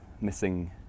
missing